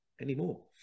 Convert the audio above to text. anymore